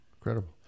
Incredible